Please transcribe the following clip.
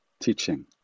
teaching